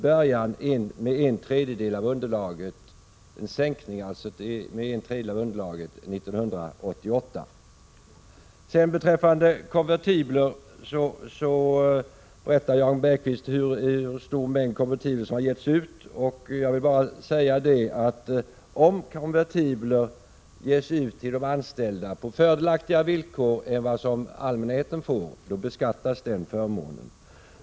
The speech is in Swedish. Början skulle göras genom en sänkning av underlaget med en tredjedel 1988. Jan Bergqvist berättade hur stor mängd konvertibler som har getts ut. Jag vill bara säga att om konvertibler ges ut till de anställda på fördelaktigare villkor än vad allmänheten får, då beskattas den förmånen.